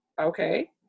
Okay